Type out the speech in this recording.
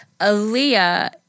Aaliyah